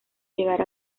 llegar